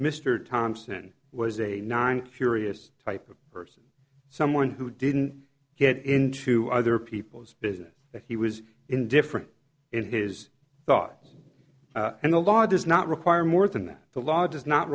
mr thompson was a ninth furious type of person someone who didn't get into other people's business that he was indifferent in his thoughts and the law does not require more than that the law does not